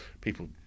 people